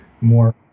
more